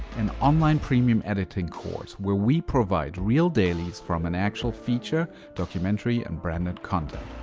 an online premium editing course, where we provide real dailies from an actual feature, documentary and branded content.